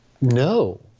No